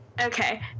Okay